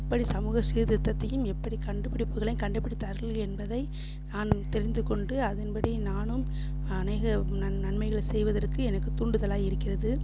எப்படி சமூக சீர்திருத்தத்தையும் எப்படி கண்டுபிடிப்புகளையும் கண்டுபிடித்தார்கள் என்பதை நான் தெரிந்து கொண்டு அதன்படி நானும் அநேக நன்மைகளை செய்வதற்கு எனக்கு தூண்டுதலாய் இருக்கிறது